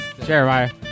Jeremiah